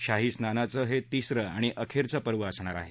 शाही स्नानाचं हे तिसरं आणि अखेरचं पर्व असणार आहे